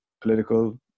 political